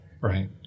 Right